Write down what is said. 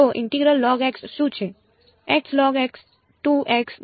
તો ઇન્ટેગ્રલ શું છે